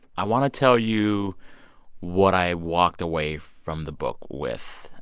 i want to tell you what i walked away from the book with.